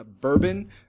bourbon